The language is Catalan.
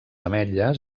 ametlles